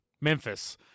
memphis